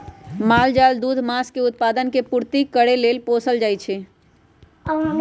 माल जाल दूध, मास के उत्पादन से पूर्ति करे लेल पोसल जाइ छइ